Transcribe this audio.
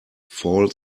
fall